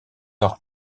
leur